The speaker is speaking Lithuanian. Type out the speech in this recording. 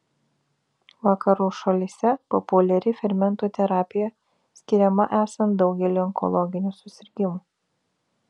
vakarų šalyse populiari fermentų terapija skiriama esant daugeliui onkologinių susirgimų